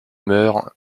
meurt